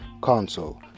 console